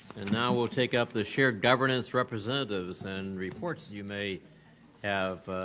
and now we'll take up the shared governance representatives and reports that you may have.